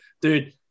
dude